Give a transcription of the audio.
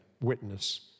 witness